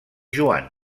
joan